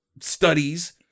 studies